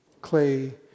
Clay